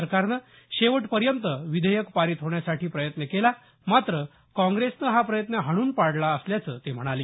सरकारनं शेवटपर्यंत विधेयक पारित होण्यासाठी प्रयत्न केला मात्र काँप्रेसनं हा प्रयत्न हाणून पाडला असल्याचं ते म्हणाले